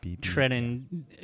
treading